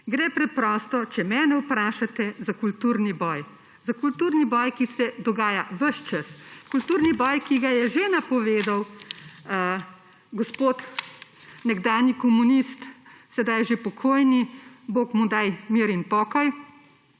Gre preprosto, če mene vprašate, za kulturni boj. Za kulturni boj, ki se dogaja ves čas. Kulturni boj, ki ga je že napovedal gospod nekdanji komunist, sedaj že pokojni, bog mu daj mir in pokoj,